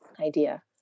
idea